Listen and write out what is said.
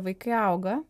vaikai auga